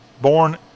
Born